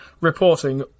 reporting